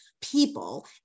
people